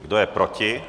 Kdo je proti?